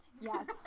Yes